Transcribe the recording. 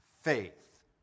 faith